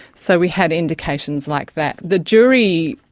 so we had indications like that. the jury,